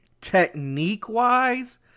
technique-wise